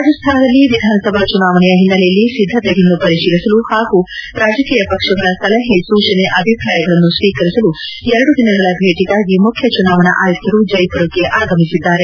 ರಾಜಸ್ಥಾನದಲ್ಲಿ ವಿಧಾನಸಭಾ ಚುನಾವಣೆಯ ಹಿನ್ನೆಲೆಯಲ್ಲಿ ಸಿದ್ಧತೆಗಳನ್ನು ಪರಿಶೀಲಿಸಲು ಹಾಗೂ ರಾಜಕೀಯ ಪಕ್ಷಗಳ ಸಲಹೆ ಸೂಚನೆ ಅಭಿಪ್ರಾಯಗಳನ್ನು ಸ್ವೀಕರಿಸಲು ಎರಡು ದಿನಗಳ ಭೇಟಗಾಗಿ ಮುಖ್ಯ ಚುನಾವಣಾ ಆಯುಕ್ತರು ಜ್ನೆಪುರಕ್ತೆ ಆಗಮಿಸಿದ್ದಾರೆ